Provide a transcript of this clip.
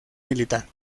militar